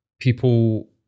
people